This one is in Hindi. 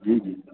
जी जी